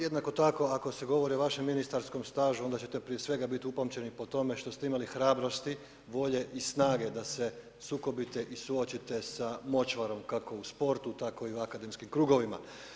Jednako tako, ako se govori o vašem ministarskom stažu, onda ćete prije svega biti upamćeni po tome što ste imali hrabrosti, volje i snage, da se sukobite i suočite sa močvarom, kako u sportu, tako i u akademskim krugovima.